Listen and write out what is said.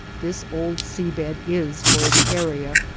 this old sea-bed is, for its area,